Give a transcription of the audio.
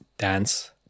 dance